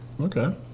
okay